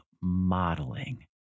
modeling